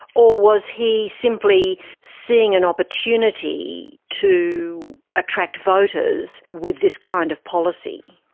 or was he simply seeing an opportunity to attract voters with this kind of policy?